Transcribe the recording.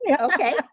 okay